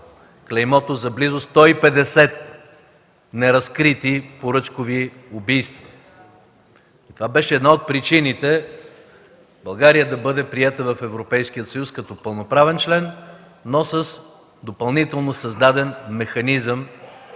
клеймото за близо 150 неразкрити поръчкови убийства. Това беше една от причините България да бъде приета в Европейския съюз като пълноправен член, но с допълнително създаден механизъм